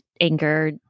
anger